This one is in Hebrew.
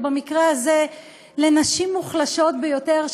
ובמקרה הזה לנשים מוחלשות ביותר,